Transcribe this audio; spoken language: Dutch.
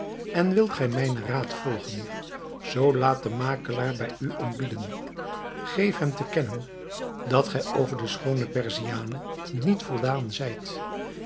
en wilt gij mijnen raad volgen zoo laat den makelaar bij u ontbieden geef hem te kennen dat gij over de schoone perziane niet voldaan zijt